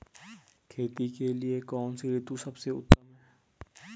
खेती के लिए कौन सी ऋतु सबसे उत्तम है?